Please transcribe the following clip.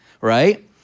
right